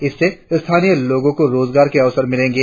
इससे स्थानीय लोगो को रोजगार के अवसर मिलेंगे